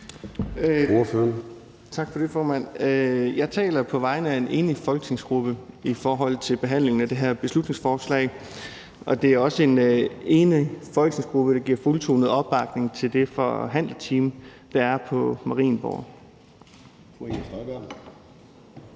Tak for det, formand. Jeg taler på vegne af en enig folketingsgruppe i forhold til behandlingen af det her beslutningsforslag. Og det er også en enig folketingsgruppe, der giver fuldtonet opbakning til det forhandlerteam, der er på Marienborg.